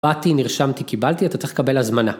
באתי, נרשמתי, קיבלתי, אתה צריך לקבל הזמנה.